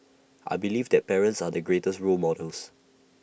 I believe that parents are the greatest role models